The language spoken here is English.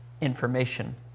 information